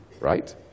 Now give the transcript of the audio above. right